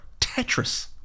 Tetris